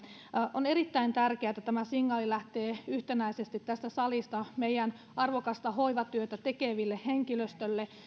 on erittäin tärkeää että tämä signaali lähtee yhtenäisesti tästä salista meidän arvokasta hoivatyötä tekevälle henkilöstölle